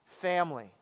family